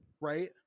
right